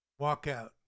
walkout